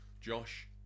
Josh